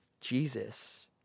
Jesus